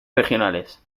regionales